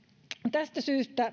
tästä syystä